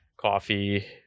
coffee